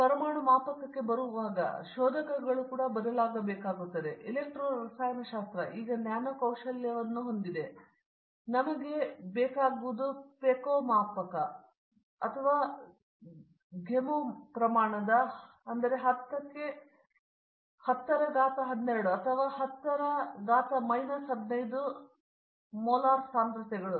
ಈಗ ನಾವು ಪರಮಾಣು ಮಾಪಕಕ್ಕೆ ಬರುತ್ತಿರುವಾಗ ಶೋಧಕಗಳು ಕೂಡಾ ಬದಲಾಗಬೇಕಾಗಿರುತ್ತದೆ ಎಲೆಕ್ಟ್ರೋ ರಸಾಯನಶಾಸ್ತ್ರ ಈಗ ನ್ಯಾನೊ ಕೌಶಲ್ಯವನ್ನು ಮಾಡಬಹುದು ಆದರೆ ನಮಗೆ ಬೇಕಾದುದೆಂದರೆ ಪೆಕೊ ಮಾಪಕ ಅಥವಾ ಫೆಮೋ ಪ್ರಮಾಣದ 10 ಗೆ ಶಕ್ತಿಯ 12 ಅಥವಾ 10 ಮೈನಸ್ 15 ಮೋಲಾರ್ ಸಾಂದ್ರತೆಗಳು